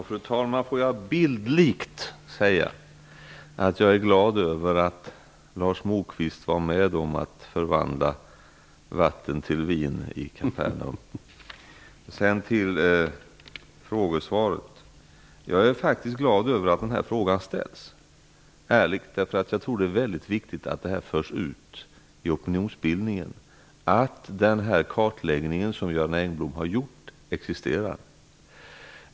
Fru talman! Jag vill bildligt säga att jag är glad över att Lars Moquist var med om att förvandla vatten till vin i Kapernaum. Sedan över till frågan. Jag är faktiskt ärligt glad över att den här frågan har ställts. Jag tror att det är väldigt viktigt att det förs ut till opinionsbildningen att denna kartläggning som Göran Engblom har gjort existerar.